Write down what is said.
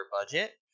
budget